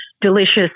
delicious